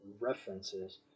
references